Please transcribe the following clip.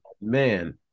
man